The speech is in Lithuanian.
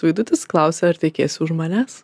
vaidutis klausia ar tekėsi už manęs